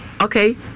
Okay